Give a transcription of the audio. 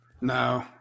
No